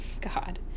God